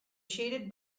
shaded